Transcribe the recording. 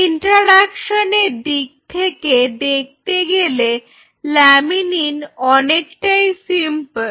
interaction এর দিক থেকে দেখতে গেলে ল্যামিনিন অনেকটাই সিম্পল